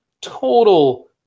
total